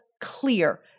clear